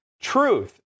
Truth